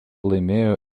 laimėjo